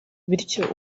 bityo